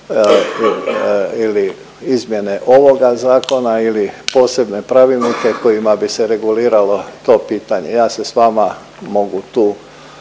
ili izmjene ovoga Zakona ili posebne pravilnike kojima bi se reguliralo to pitanje. Ja se s vama mogu tu